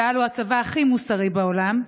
צה"ל הוא הצבא הכי מוסרי בעולם,